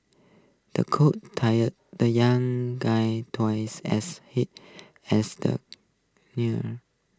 the coach tired the young guy twice as hard as the neared